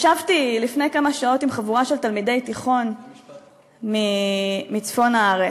ישבתי לפני כמה שעות עם חבורה של תלמידי תיכון מצפון הארץ,